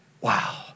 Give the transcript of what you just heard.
Wow